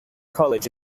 college